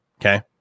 okay